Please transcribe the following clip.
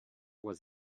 was